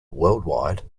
worldwide